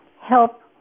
help